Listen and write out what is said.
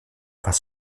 was